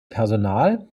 personal